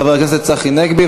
חבר הכנסת צחי הנגבי,